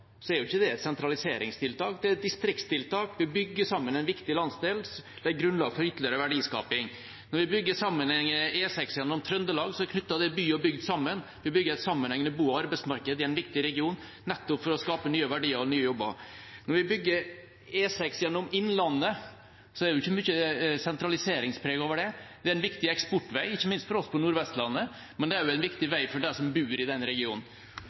er ikke det et sentraliseringstiltak; det er et distriktstiltak. Vi bygger sammen en viktig landsdel og legger grunnlaget for ytterligere verdiskaping. Når vi bygger en sammenhengende E6 gjennom Trøndelag, knytter det by og bygd sammen. Vi bygger et sammenhengende bo- og arbeidsmarked i en viktig region, nettopp for å skape nye verdier og jobber. Når vi bygger E6 gjennom Innlandet, er det ikke mye sentraliseringspreg over det. Det er en viktig eksportvei – ikke minst for oss på Nord-Vestlandet – men det er også en viktig vei for de som bor i regionen.